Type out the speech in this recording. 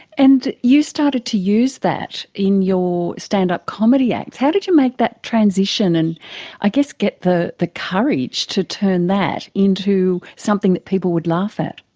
and you started to use that in your stand-up comedy acts. how did you make that transition and i guess get the the courage to turn that into something that people would laugh at?